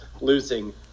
losing